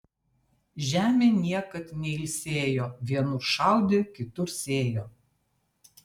žemė niekad neilsėjo vienur šaudė kitur sėjo